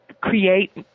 create